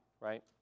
right